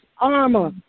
armor